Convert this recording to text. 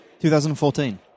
2014